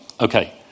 Okay